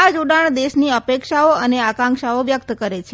આ જોડાણ દેશની અપેક્ષાઓ અને આકાંક્ષાઓ વ્યક્ત કરે છે